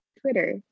Twitter